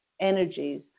energies